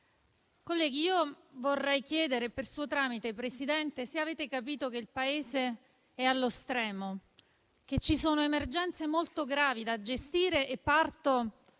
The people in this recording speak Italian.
colleghi, vorrei chiedere, per suo tramite, Presidente, ai colleghi se hanno capito che il Paese è allo stremo, che ci sono emergenze molto gravi da gestire e parto,